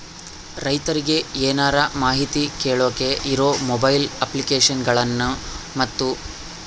ರೈತರಿಗೆ ಏನರ ಮಾಹಿತಿ ಕೇಳೋಕೆ ಇರೋ ಮೊಬೈಲ್ ಅಪ್ಲಿಕೇಶನ್ ಗಳನ್ನು ಮತ್ತು?